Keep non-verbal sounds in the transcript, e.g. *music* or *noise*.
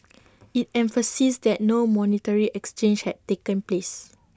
*noise* IT emphasised that no monetary exchange had taken place